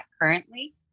currently